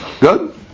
Good